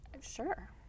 sure